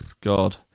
God